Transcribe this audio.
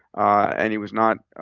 ah and he was not